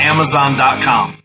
Amazon.com